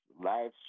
live